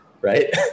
right